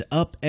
up